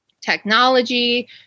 technology